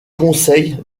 conseil